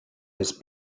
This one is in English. his